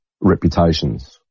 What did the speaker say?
reputations